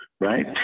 right